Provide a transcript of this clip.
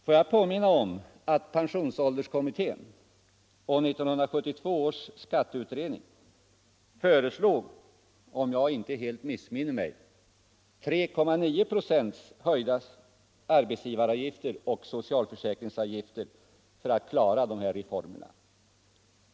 Får jag påminna om att pensionsålderskommittén och 1972 års skatteutredning föreslog - om jag inte helt missminner mig — en höjning av 'arbetsgivaravgifter och socialförsäkringsavgifter med 3,9 procent för att klara dessa reformer.